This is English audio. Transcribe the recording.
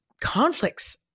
conflicts